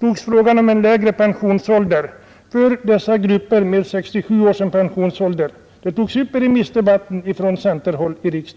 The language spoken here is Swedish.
togs frågan om en lägre pensionsålder för de grupper som har 67 år som pensionsålder upp i remissdebatten i riksdagen från centerpartiets sida.